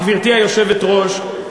גברתי היושבת-ראש,